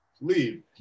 leave